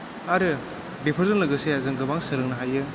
आरो बेफोरजों लोगोसे जों गोबां सोलोंनो हायो